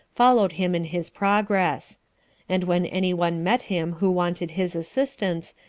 followed him in his progress and when any one met him who wanted his assistance,